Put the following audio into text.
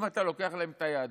אם אתה לוקח להם את היהדות,